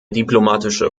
diplomatische